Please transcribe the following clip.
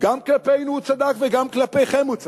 גם כלפינו הוא צדק וגם כלפיכם הוא צדק,